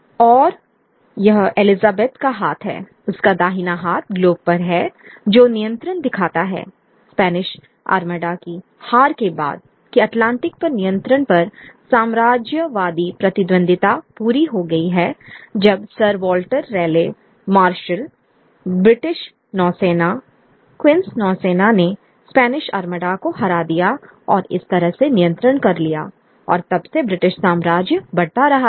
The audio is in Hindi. और यह एलिजाबेथ का हाथ है उसका दाहिना हाथ ग्लोब पर है जो नियंत्रण दिखाता है स्पेनिश आर्मडा की हार के बाद कि अटलांटिक पर नियंत्रण पर साम्राज्यवादी प्रतिद्वंद्विता पूरी हो गई है जब Sir Walter Raleigh marshals British नौसेना क्वींस नौसेना ने स्पेनिश आर्मडा को हरा दिया और इस तरह से नियंत्रण कर लिया और तब से ब्रिटिश साम्राज्य बढ़ता रहा है